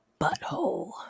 butthole